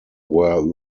were